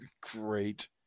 great